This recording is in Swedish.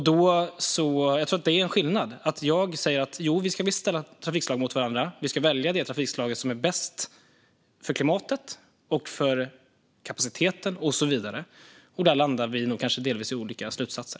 Det blir en skillnad när jag säger att vi visst ska ställa trafikslag mot varandra. Vi ska välja det trafikslag som är bäst för klimatet, kapaciteten och så vidare. Där landar vi nog i delvis olika slutsatser.